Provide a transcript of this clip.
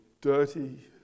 dirty